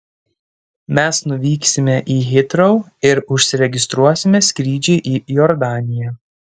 mes nuvyksime į hitrou ir užsiregistruosime skrydžiui į jordaniją